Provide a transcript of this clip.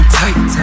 tight